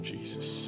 Jesus